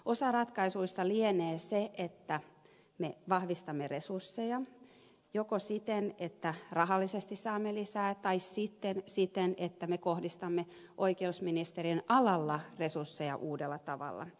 osa ratkaisua lienee se että me vahvistamme resursseja joko siten että rahallisesti saamme niitä lisää tai sitten siten että me kohdistamme oikeusministeriön alalla resursseja uudella tavalla